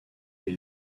les